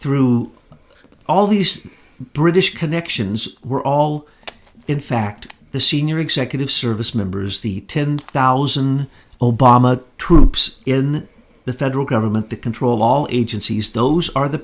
through all these british connections were all in fact the senior executive service members the ten thousand obama troops in the federal government to control all agencies those are the